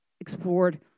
explored